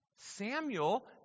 Samuel